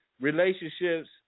relationships